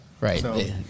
Right